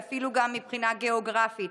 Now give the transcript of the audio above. ואפילו גם מבחינה גיאוגרפית,